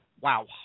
Wow